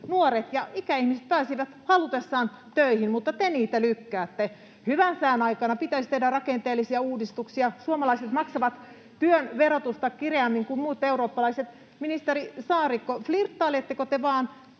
nuoret ja ikäihmiset pääsisivät halutessaan töihin, mutta te niitä lykkäätte. Hyvän sään aikana pitäisi tehdä rakenteellisia uudistuksia. Suomalaiset maksavat työn verotusta kireämmin kuin muut eurooppalaiset. Ministeri Saarikko, flirttailetteko te vain